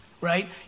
right